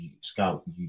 Scout